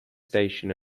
station